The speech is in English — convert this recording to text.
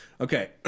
Okay